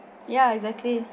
ya exactly